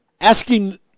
asking